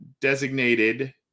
designated